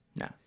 No